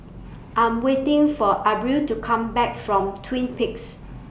I'm waiting For Abril to Come Back from Twin Peaks